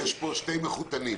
יש פה שני מחותנים.